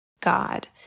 god